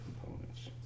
components